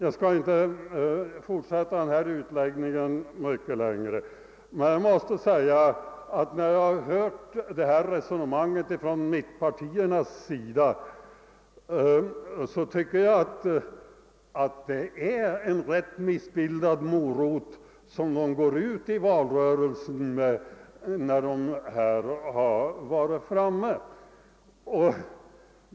Jag skall inte fortsätta denna utläggning mycket längre, men så mycket måste jag säga att när jag har hört detta resonemang från mittenpartiernas sida, tycker jag att det är en rätt missbildad morot som de går ut i valrörelsen med, när de har varit framme här.